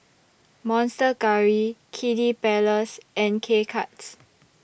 Monster Curry Kiddy Palace and K Cuts